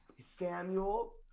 Samuel